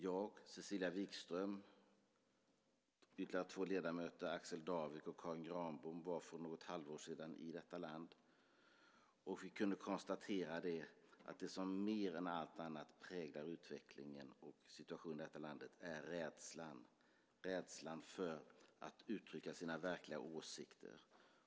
Jag, Cecilia Wigström och ytterligare två ledamöter, Axel Darvik och Karin Granbom, var för något halvår sedan i detta land och kunde konstatera att det som mer än allt annat präglar utvecklingen och situationen i landet är rädslan - rädslan för att uttrycka sina verkliga åsikter.